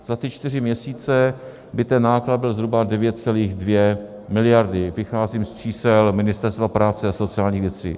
Za ty čtyři měsíce by ten náklad byl zhruba 9,2 mld. Vycházím z čísel Ministerstva práce a sociálních věcí.